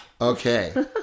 okay